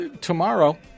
tomorrow